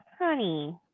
honey